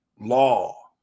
law